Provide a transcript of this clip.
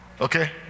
okay